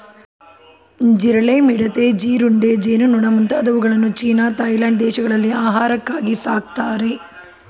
ಜಿರಳೆ, ಮಿಡತೆ, ಜೀರುಂಡೆ, ಜೇನುನೊಣ ಮುಂತಾದವುಗಳನ್ನು ಚೀನಾ ಥಾಯ್ಲೆಂಡ್ ದೇಶಗಳಲ್ಲಿ ಆಹಾರಕ್ಕಾಗಿ ಸಾಕ್ತರೆ